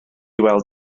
weld